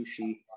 sushi